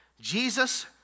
Jesus